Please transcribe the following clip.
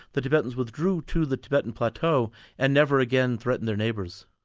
the tibetans withdrew to the tibetan plateau and never again threatened their neighbours.